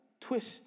twist